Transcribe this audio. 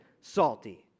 salty